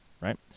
right